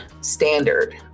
standard